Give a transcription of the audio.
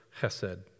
Chesed